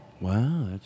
Wow